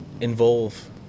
involve